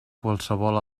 qualsevol